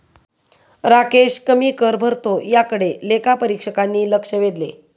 राकेश कमी कर भरतो याकडे लेखापरीक्षकांनी लक्ष वेधले